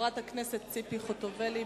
חברת הכנסת ציפי חוטובלי.